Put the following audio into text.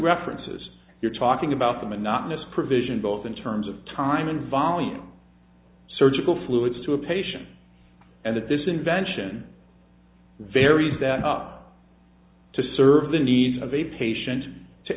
references you're talking about the monotonous provision both in terms of time and volume surgical fluids to a patient and that this invention varied that up to serve the needs of a patient to